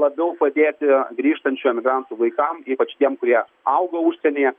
labiau padėti grįžtančių emigrantų vaikam ypač tiem kurie augo užsienyje